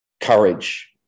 courage